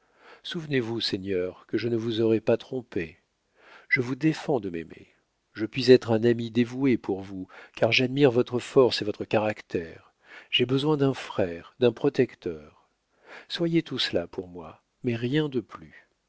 souvenez-vous seigneur que je ne vous aurai pas trompé je vous défends de m'aimer je puis être un ami dévoué pour vous car j'admire votre force et votre caractère j'ai besoin d'un frère d'un protecteur soyez tout cela pour moi mais rien de plus